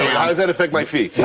yeah how does that affect my fee?